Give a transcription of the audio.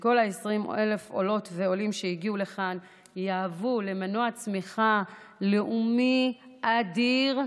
כל 20,000 העולות והעולים שהגיעו לכאן יהיו מנוע צמיחה לאומי אדיר.